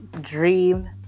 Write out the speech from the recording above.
Dream